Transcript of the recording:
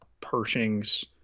pershing's